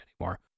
anymore